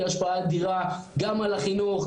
תהיה השפעה אדירה גם על החינוך,